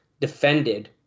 defended